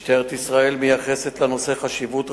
משטרת ישראל מייחסת לנושא חשיבות רבה,